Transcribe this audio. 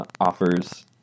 offers